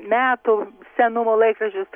metų senumo laikraščius